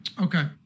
Okay